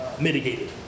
mitigated